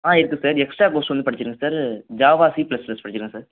ஆ இருக்குது sir extra course வந்து படிச்சிருக்கேன் sir Java C plus plus படிச்சிருக்கேன் சார்